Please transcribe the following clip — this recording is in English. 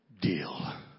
deal